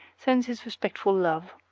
sends his respectful love.